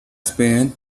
span